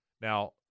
Now